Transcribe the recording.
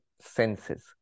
senses